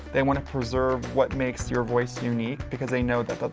they wanna preserve what makes your voice unique, because they know that, but